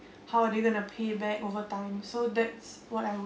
how are they going to pay back over time so that's what I would